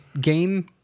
game